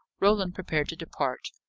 roland prepared to depart.